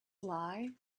lie